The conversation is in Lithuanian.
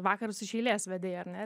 vakarus iš eilės vedei ar ne